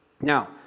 Now